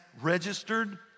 registered